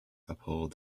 uphold